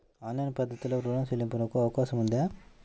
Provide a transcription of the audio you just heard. Online పద్ధతిలో రుణ చెల్లింపునకు అవకాశం ఉందా?